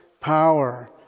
power